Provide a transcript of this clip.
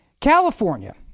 California